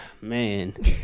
man